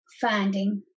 finding